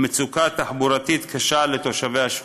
מצוקה תחבורתית קשה לתושבי השכונה.